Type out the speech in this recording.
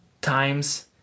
times